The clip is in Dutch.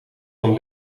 van